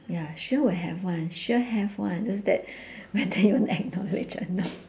ya sure will have [one] sure have [one] just that whether you acknowledge or not